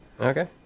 okay